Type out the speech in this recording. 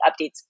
updates